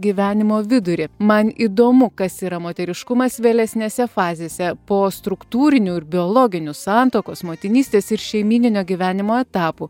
gyvenimo vidurį man įdomu kas yra moteriškumas vėlesnėse fazėse po struktūrinių ir biologinių santuokos motinystės ir šeimyninio gyvenimo etapų